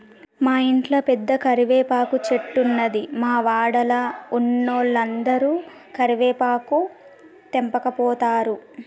మా ఇంట్ల పెద్ద కరివేపాకు చెట్టున్నది, మా వాడల ఉన్నోలందరు కరివేపాకు తెంపకపోతారు